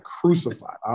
crucified